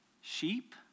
sheep